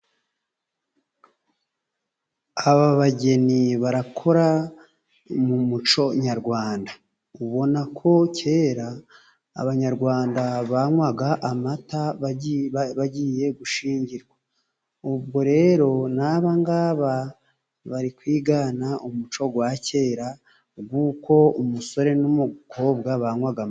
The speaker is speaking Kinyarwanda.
Aba bageni barakora mu muco nyarwanda. Ubona ko kera abanyarwanda banywa amata bagiye gushyingirwa. Ubwo rero n'aba bari kwigana umuco wa kera, uko umusore n'umukobwa baywaga amata.